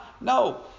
No